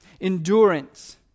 endurance